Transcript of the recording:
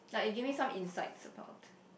like you gave me some insights about